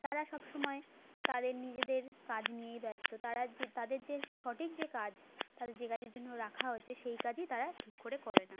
তারা সব সময় তাদের নিজেদের কাজ নিয়েই ব্যস্ত তারা যে তাদের যে সঠিক যে কাজ তাদের যে কাজের জন্য রাখা হয়েছে সেই কাজই তারা ঠিক করে করে না